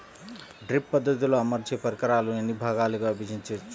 Drip పద్ధతిలో అమర్చే పరికరాలను ఎన్ని భాగాలుగా విభజించవచ్చు?